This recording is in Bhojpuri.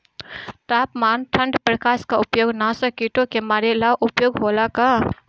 तापमान ठण्ड प्रकास का उपयोग नाशक कीटो के मारे ला उपयोग होला का?